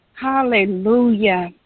Hallelujah